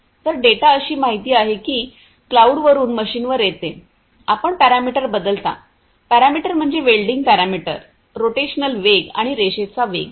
तर डेटा अशी माहिती आहे की ही क्लाऊड वरून मशीनवर येते आपण पॅरामीटर बदलता पॅरामीटर म्हणजे वेल्डिंग पॅरामीटर रोटेशनल वेग आणि रेषेचा वेग